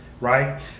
right